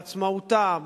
בעצמאותה,